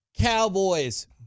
Cowboys